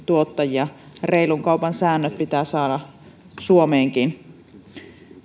tuottajia epäreilusti reilun kaupan säännöt pitää saada suomeenkin